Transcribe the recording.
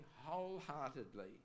wholeheartedly